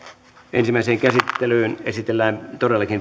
ensimmäiseen käsittelyyn esitellään